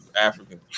African